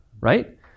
right